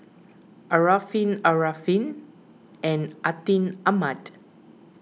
Arifin Arifin and Atin Amat